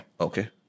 Okay